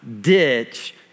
ditch